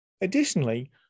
Additionally